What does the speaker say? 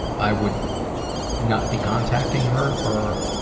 i would not be contacting her, or,